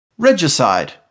Regicide